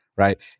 Right